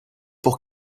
pour